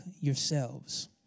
yourselves